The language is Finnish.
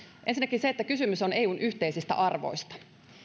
ensinnäkin se että kysymys on eun yhteisistä arvoista